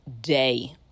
day